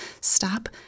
Stop